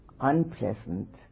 unpleasant